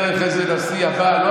אחרי הנשיא ביידן,